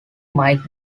mike